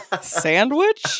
sandwich